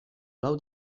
lau